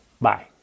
Bye